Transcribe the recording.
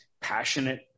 Passionate